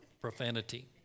profanity